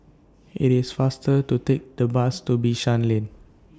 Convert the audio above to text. IT IS faster to Take The Bus to Bishan Lane